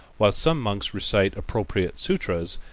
while some monks recite appropriate sutras,